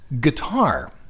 guitar